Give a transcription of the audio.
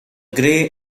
grey